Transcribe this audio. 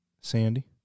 Sandy